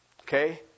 Okay